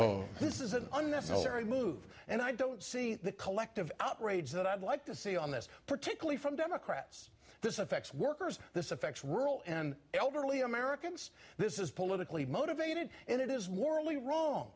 this is an unnecessary move and i don't see the collective upgrades that i'd like to see on this particularly from democrats this affects workers this affects rural and elderly americans this is politically motivated and it is morally wrong